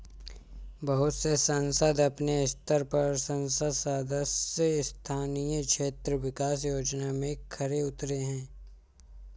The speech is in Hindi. बहुत से संसद अपने स्तर पर संसद सदस्य स्थानीय क्षेत्र विकास योजना में खरे उतरे हैं